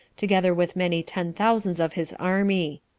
together with many ten thousands of his army.